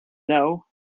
know